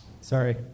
Sorry